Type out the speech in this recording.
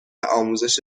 آموزش